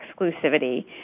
exclusivity